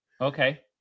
Okay